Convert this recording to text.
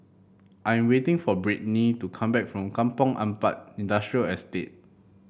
I am waiting for Brittny to come back from Kampong Ampat Industrial Estate